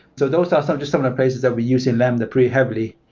so those are so just some appraises that we use in lambda pretty heavily.